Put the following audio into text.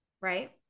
Right